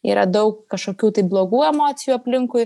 yra daug kažkokių tai blogų emocijų aplinkui